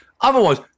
Otherwise